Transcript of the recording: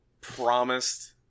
promised